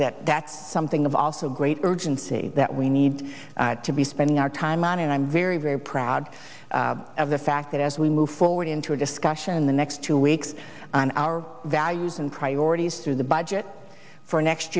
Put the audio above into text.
that that's something of also great urgency that we need to be spending our time on and i'm very very proud of the fact that as we move forward into a discussion in the next two weeks our values and priorities through the budget for next